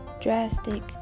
drastic